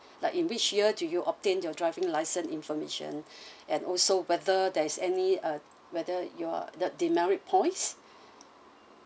like in which year do you obtain your driving license information and also whether there is any uh whether there is any demerit points